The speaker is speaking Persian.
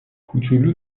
کوچولو